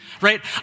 right